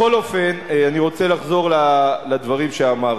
בכל אופן, אני רוצה לחזור לדברים שאמרתי.